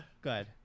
good